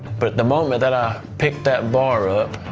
but the moment that i picked that bar up,